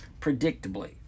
predictably